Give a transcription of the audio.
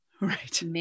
Right